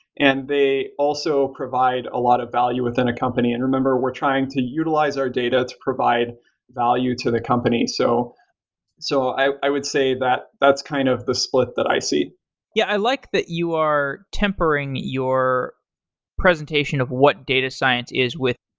and they also provide a lot of value within a company. and remember, we're trying to utilize our data to provide value to the company. so so i i would say that that's kind of the split that i see yeah, i like that you are tempering your presentation of what data science is with,